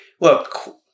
Look